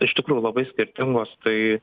iš tikrųjų labai skirtingos tai